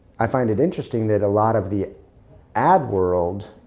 i find it interesting that a lot of the ad world